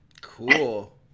Cool